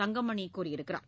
தங்கமணி கூறியுள்ளார்